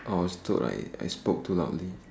oh it's too like I spoke too loudly